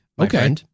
Okay